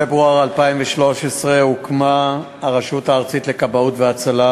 בפברואר 2013, הוקמה הרשות הארצית לכבאות והצלה,